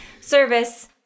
service